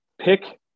pick